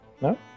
No